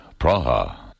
Praha